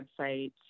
website